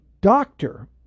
doctor